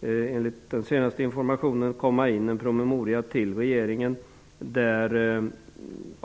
det enligt den senaste informationen komma in en promemoria till regeringen.